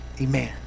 Amen